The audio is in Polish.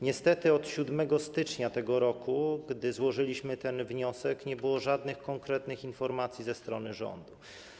Niestety od 7 stycznia tego roku, gdy złożyliśmy ten wniosek, nie było żadnych konkretnych informacji ze strony rządu.